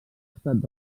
estat